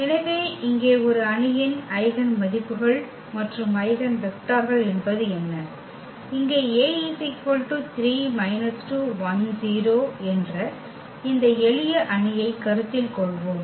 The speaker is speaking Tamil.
எனவே இங்கே ஒரு அணியின் ஐகென் மதிப்புகள் மற்றும் ஐகென் வெக்டர்கள் என்பது என்ன இங்கே என்ற இந்த எளிய அணியைக் கருத்தில் கொள்வோம்